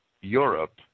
Europe